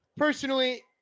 Personally